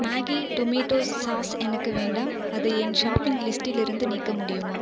Maggi tomato sauce எனக்கு வேண்டாம் அதை என் ஷாப்பிங் லிஸ்ட்டிலிருந்து நீக்க முடியுமா